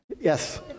Yes